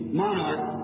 monarch